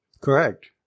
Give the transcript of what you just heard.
Correct